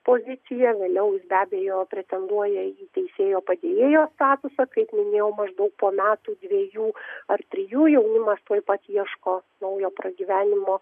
pozicija vėliau jis be abejo pretenduoja į teisėjo padėjėjo statusą kaip minėjau maždaug po metų dviejų ar trijų jaunimas tuoj pat ieško naujo pragyvenimo